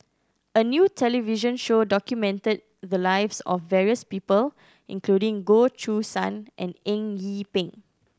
a new television show documented the lives of various people including Goh Choo San and Eng Yee Peng